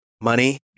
Money